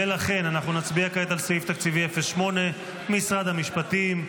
ולכן נצביע כעת על סעיף תקציבי 08, משרד המשפטים,